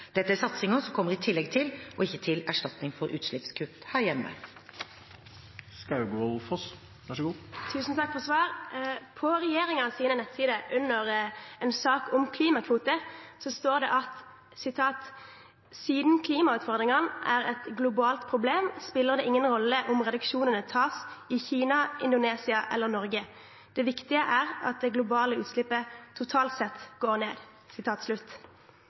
Dette er satsinger som kommer i tillegg til – ikke til erstatning for – utslippskutt her hjemme. Tusen takk for svaret. På regjeringens nettsider, under en sak om klimakvoter, står det: «Siden klimautfordringene er et globalt problem, spiller det ingen rolle om reduksjonene tas i Kina, Indonesia eller Norge. Det viktige er at det globale utslippet totalt sett går ned.»